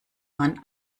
man